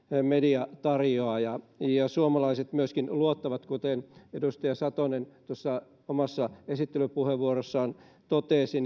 mediatarjoaja ja ja suomalaiset myöskin luottavat kuten edustaja satonen tuossa omassa esittelypuheenvuorossaan totesi